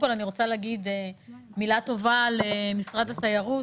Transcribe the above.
אני רוצה להגיד מילה טובה למשרד התיירות